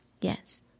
Yes